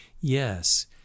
Yes